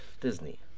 Disney